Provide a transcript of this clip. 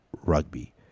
rugby